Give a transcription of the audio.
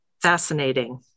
fascinating